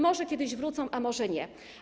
Może kiedyś wrócą, a może nie.